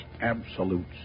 absolute